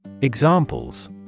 Examples